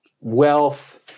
wealth